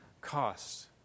cost